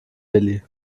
willi